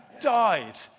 died